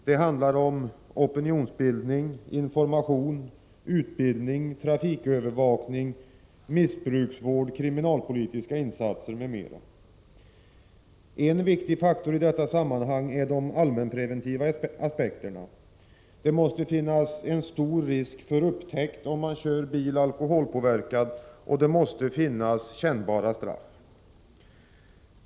Det handlar om opinionsbildning, information, utbildning, trafikövervakning, missbrukarvård, kriminalpolitiska insatser m.m. En viktig faktor i detta sammanhang är de allmänpreventiva aspekterna. Det måste vara stor risk för upptäckt om man kör bil alkoholpåverkad, och det måste finnas kännbara straff.